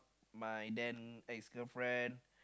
my then ex girlfriend